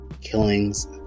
killings